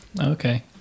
Okay